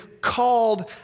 called